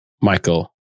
Michael